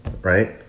right